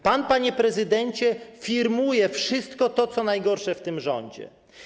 Pan, panie prezydencie, firmuje wszystko to, co najgorsze w tym rządzie.